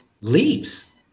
leaves